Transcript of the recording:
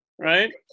right